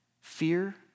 fear